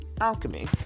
alchemy